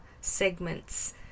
segments